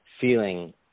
feeling